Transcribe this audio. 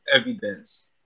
evidence